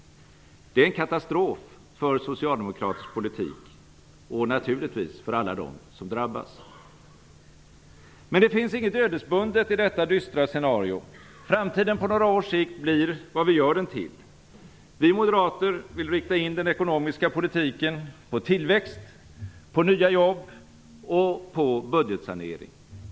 Det är en katastrof för socialdemokratisk politik - och naturligtvis för alla dem som drabbas. Men det finns inget ödesbundet i detta dystra scenario. Framtiden på några års sikt blir vad vi gör den till. Vi moderater vill rikta in den ekonomiska politiken på tillväxt, på nya jobb och på budgetsanering.